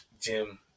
Jim